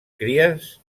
cries